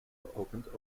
geopend